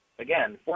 again